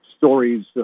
Stories